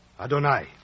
Adonai